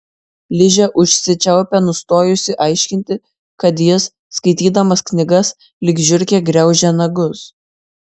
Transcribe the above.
ližė užsičiaupė nustojusi aiškinti kad jis skaitydamas knygas lyg žiurkė graužia nagus